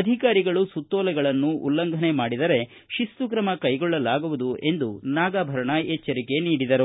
ಅಧಿಕಾರಿಗಳು ಸುತ್ತೋಲೆಗಳನ್ನು ಉಲ್ಲಂಘನೆ ಮಾಡಿದರೆ ತಿಸ್ತು ಕ್ರಮ ಕೈಗೊಳ್ಳಲಾಗುವುದು ಎಂದು ನಾಗಾಭರಣ ಎಚ್ಚರಿಕೆ ನೀಡಿದರು